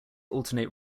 alternate